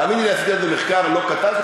תאמיני לי, עשיתי על זה מחקר לא קטן.